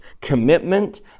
commitment